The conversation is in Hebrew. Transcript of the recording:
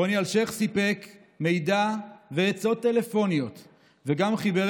רוני אלשיך סיפק מידע ועצות טלפוניות וגם חיבר